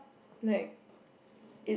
like it's